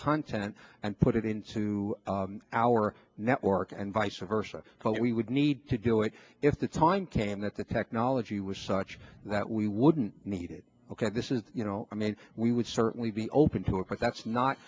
content and put it into our network and vice versa but we would need to do it if the time came that the technology was such that we wouldn't need it ok this is you know i mean we would certainly be open to it but that's not